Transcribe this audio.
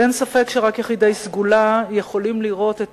ואין ספק שרק יחידי סגולה יכולים לראות את